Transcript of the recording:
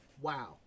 Wow